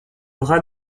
rat